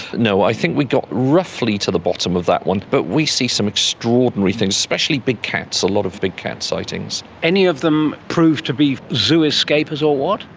no, i think we got roughly to the bottom of that one. but we see some extraordinary things, especially big cats, a lot of big cat sightings. any of them proved to be zoo escapers or what?